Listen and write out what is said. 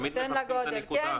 תמיד מחפשים את הנקודה.